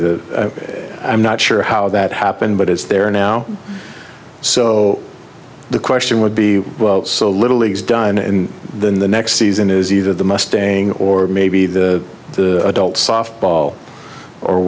the i'm not sure how that happened but it's there now so the question would be so little leagues done and then the next season is either the mustang or maybe the adult softball or